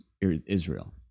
Israel